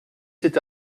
cet